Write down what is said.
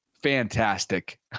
Fantastic